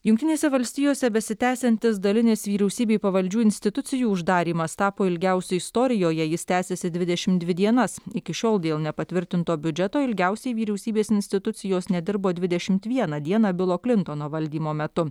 jungtinėse valstijose besitęsiantis dalinis vyriausybei pavaldžių institucijų uždarymas tapo ilgiausiu istorijoje jis tęsiasi dvidešim dvi dienas iki šiol dėl nepatvirtinto biudžeto ilgiausiai vyriausybės institucijos nedirbo dvidešimt vieną dieną bilo klintono valdymo metu